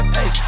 Hey